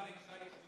עניינים.